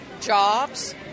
jobs